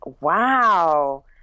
wow